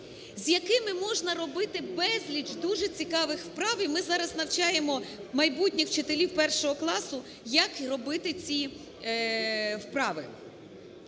з якими можна робити безліч дуже цікавих вправ, і ми зараз навчаємо майбутніх учителів 1-го класу, як робити ці вправи.